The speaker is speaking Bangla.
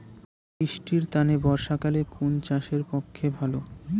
বৃষ্টির তানে বর্ষাকাল কুন চাষের পক্ষে ভালো?